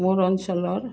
মোৰ অঞ্চলৰ